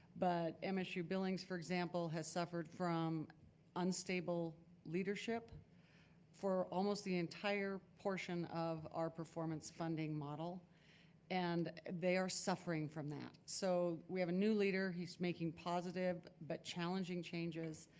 but ah msu billings, for example, has suffered from unstable leadership for almost the entire portion of our performance funding model and they are suffering from that. so we have a new leader, he's making positive but challenging changes,